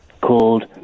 Called